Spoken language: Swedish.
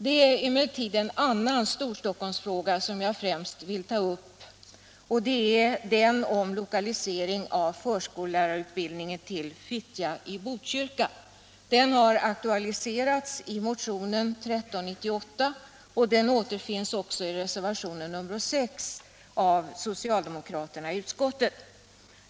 Det är emellertid en annan Storstockholmsfråga som jag främst vill ta upp. Det är den om lokalisering av förskollärarutbildningen till Fittja i Botkyrka. Den frågan har aktualiserats i motionen 1398, och den återfinns också i reservationen 6 av socialdemokraterna i utskottet.